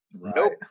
Nope